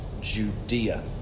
Judea